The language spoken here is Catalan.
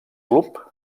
club